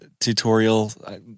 tutorial